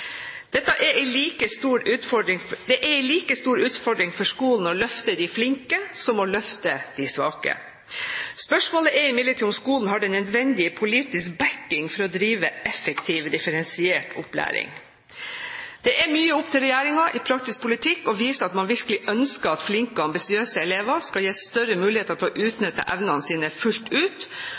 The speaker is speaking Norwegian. Det er en like stor utfordring for skolen å løfte de flinke som å løfte de svake. Spørsmålet er imidlertid om skolen har den nødvendige politiske backing for å drive effektiv differensiert opplæring. Det er mye opp til regjeringen i praktisk politikk å vise at man virkelig ønsker at flinke, ambisiøse elever skal gis større mulighet til å utnytte evnene sine fullt ut,